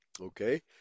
Okay